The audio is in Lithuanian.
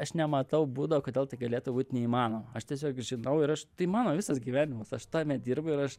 aš nematau būdo kodėl tai galėtų būt neįmanoma aš tiesiog žinau ir aš tai mano visas gyvenimas aš tame dirbu ir aš